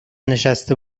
نشسته